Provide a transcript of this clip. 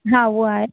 हा उहो आहे